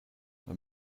wenn